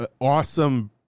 awesome